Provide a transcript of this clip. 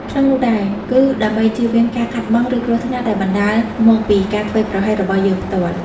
ក្នុងនោះដែរ គឺដើម្បីជៀសវាងការខាតបង់ ឬគ្រោះថ្នាក់ដែលបណ្ដាលមកពីការធ្វេសប្រហែសរបស់យើងផ្ទាល់។